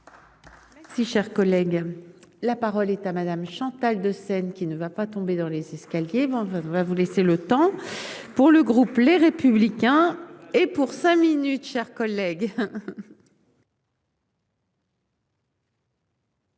Si cher collègue, la parole est à madame Chantal de scènes qui ne va pas tomber dans les escaliers, mais va vous voulez. C'est le temps pour le groupe Les Républicains et pour 5 minutes chers collègues.